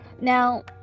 Now